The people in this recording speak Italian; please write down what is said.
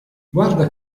guarda